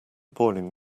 boiling